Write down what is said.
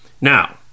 Now